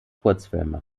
kurzfilme